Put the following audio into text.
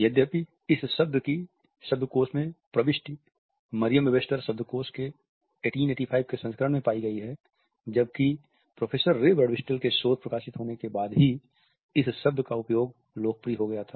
यद्यपि इस शब्द की शब्दकोश में प्रविष्टि मरियम वेबस्टर शब्दकोश के 1885 के संस्करण में पायी गयी है जबकि प्रोफेसर रे बर्डविस्टेल के शोध प्रकाशित होने के बाद ही इस शब्द का उपयोग लोकप्रिय हो गया था